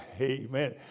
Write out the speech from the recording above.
Amen